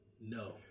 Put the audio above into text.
No